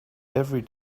every